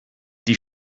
die